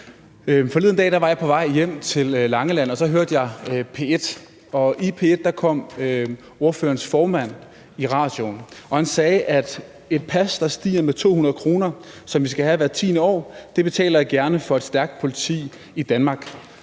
Forleden dag var jeg på vej hjem til Langeland, og så hørte jeg P1. I P1 var ordførerens formand i radioen, og han sagde, at et pas, der stiger med 200 kr., og som vi skal have hvert tiende år, betaler jeg gerne for et stærkt politi i Danmark.